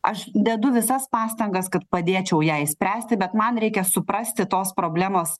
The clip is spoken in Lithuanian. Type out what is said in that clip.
aš dedu visas pastangas kad padėčiau ją išspręsti bet man reikia suprasti tos problemos